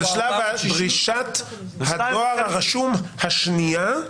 על שלב דרישת הדואר הרשום השנייה,